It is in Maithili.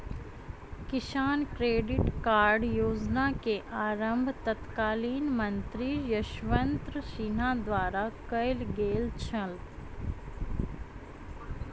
किसान क्रेडिट कार्ड योजना के आरम्भ तत्कालीन मंत्री यशवंत सिन्हा द्वारा कयल गेल छल